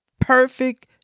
perfect